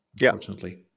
unfortunately